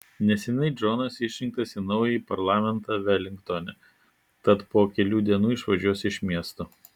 neseniai džonas išrinktas į naująjį parlamentą velingtone tad po kelių dienų išvažiuos iš miesto